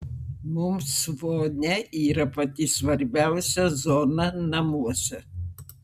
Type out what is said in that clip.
mums vonia yra pati svarbiausia zona namuose